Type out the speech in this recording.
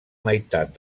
meitat